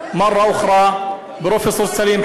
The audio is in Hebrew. העם הפלסטיני בדרכו לעצמאות,